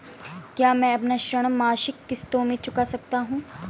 क्या मैं अपना ऋण मासिक किश्तों में चुका सकता हूँ?